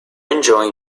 enjoy